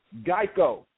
Geico